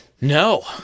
No